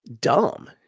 dumb